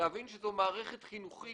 להבין שזאת מערכת חינוכית